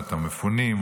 לטובת המפונים,